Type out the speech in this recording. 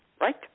Right